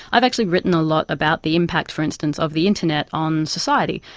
i've actually written a lot about the impact, for instance, of the internet on society,